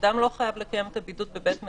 אדם לא חייב לקיים את הבידוד בבית מגוריו,